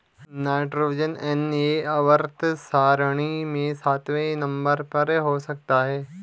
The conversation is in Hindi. नाइट्रोजन एन यह आवर्त सारणी में सातवें नंबर पर हो सकता है